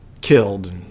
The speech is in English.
killed